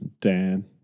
Dan